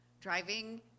driving